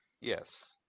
Yes